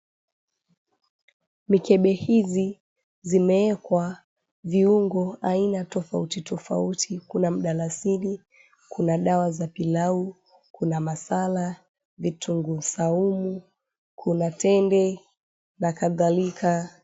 Mikebe hizi zimeekwa viungo aina tofauti tofauti kuna mdalasini, kuna dawa za pilau, kuna masala, vitunguu saumu, kuna tende na kadhalika.